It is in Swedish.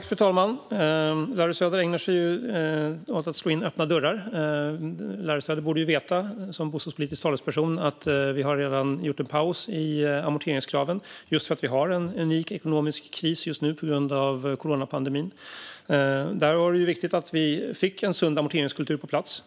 Fru talman! Larry Söder ägnar sig åt att slå in öppna dörrar. Som bostadspolitisk talesperson borde Larry Söder veta att vi redan har pausat amorteringskraven för att Sverige just nu har en unik ekonomisk kris på grund av coronapandemin. Det var viktigt att vi fick en sund amorteringskultur på plats.